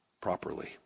properly